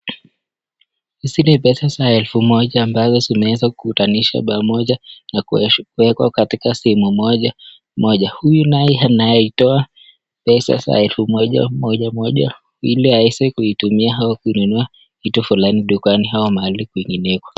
Hizi ni pesa za elfu moja ambazo zimeezwa kutanishwa pamoja na kuwekwa katika sehemu moja moja, huyu naye anaitoa pesa za elfu moja moja ili aweze kuitumia au kuinua kitu fulani dukani ama mahali penginepo.